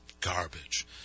garbage